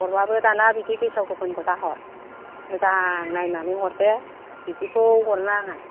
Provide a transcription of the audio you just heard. हरबाबो दाना बिदि गेसाव गोफोनखौ दा हर मोजां नायनानै हरदे बिदिखौ हरनो नाङा